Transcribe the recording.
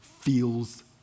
feels